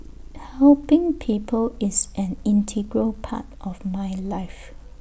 helping people is an integral part of my life